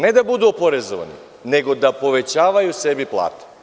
Ne da budu oporezovani, nego da povećavaju sebi plate.